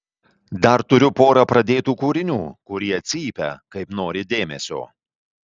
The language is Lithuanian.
dar turiu porą pradėtų kūrinių kurie cypia kaip nori dėmesio